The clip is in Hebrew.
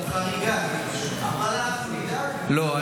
לא.